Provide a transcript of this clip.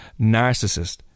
narcissist